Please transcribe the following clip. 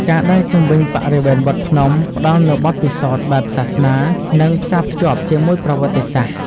ការដើរជុំវិញបរិវេណវត្តភ្នំ ផ្តល់នូវបទពិសោធន៍បែបសាសនា និងផ្សាភ្ជាប់ជាមួយប្រវត្តិសាស្ត្រ។